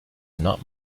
not